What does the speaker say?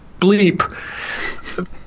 bleep